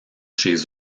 chez